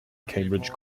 cambridge